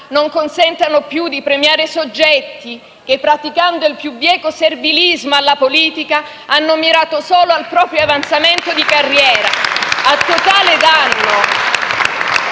non consentano più di premiare soggetti che, praticando il più bieco servilismo alla politica, hanno mirato solo al proprio avanzamento di carriera, a totale danno